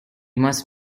must